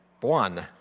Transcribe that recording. one